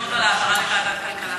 אודה מאוד על העברה לוועדת הכלכלה.